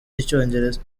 icyongereza